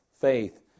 faith